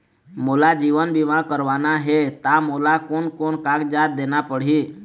मोला जीवन बीमा करवाना हे ता मोला कोन कोन कागजात देना पड़ही?